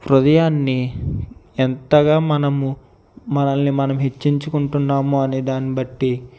హృదయాన్ని ఎంతగా మనము మనల్ని మనము హెచ్చించుకుంటున్నాము అనేదాన్ని బట్టి